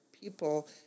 people